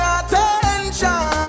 attention